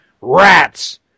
rats